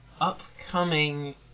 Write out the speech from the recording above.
upcoming